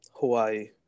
Hawaii